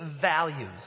values